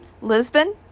Lisbon